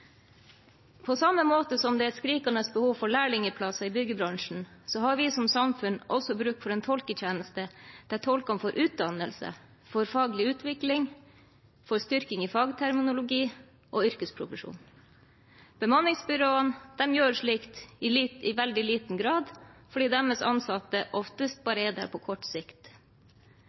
På samme måte som det er et skrikende behov for lærlingplasser i byggebransjen, har vi som samfunn også bruk for en tolketjeneste der tolkene får utdannelse, faglig utvikling og styrking i fagterminologi og yrkesprofesjon. Bemanningsbyråene gjør slikt i veldig liten grad, fordi deres ansatte oftest bare er der på kort sikt.